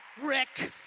rick!